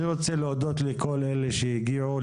אני רוצה להודות לכל אלה שהגיעו,